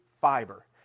fiber